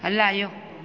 हलायो